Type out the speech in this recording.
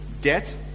debt